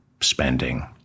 spending